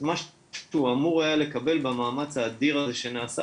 מה שהוא אמור היה לקבל במאמץ האדיר הזה שנעשה